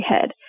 head